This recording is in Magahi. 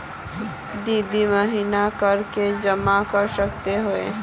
दो दो महीना कर के जमा कर सके हिये?